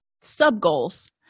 sub-goals